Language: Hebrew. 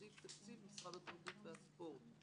בסעיף תקציב משרד התרבות והספורט ;